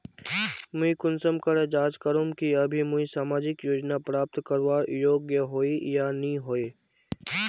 मुई कुंसम करे जाँच करूम की अभी मुई सामाजिक योजना प्राप्त करवार योग्य होई या नी होई?